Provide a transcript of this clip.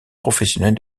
professionnels